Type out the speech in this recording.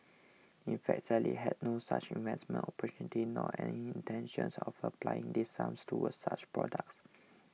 in fact Sally had no such investment opportunity nor any intention of applying these sums towards such products